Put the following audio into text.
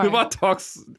tai va toks